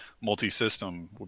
multi-system